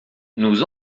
nous